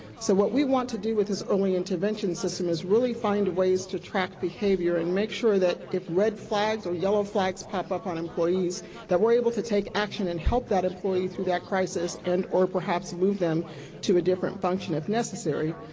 so what we want to do with this early intervention system is really find ways to track behavior and make sure that if red flags or yellow flags pop up on employees that we are able to take action and help that employee through that crisis and or perhaps move them to a different function, if necessary.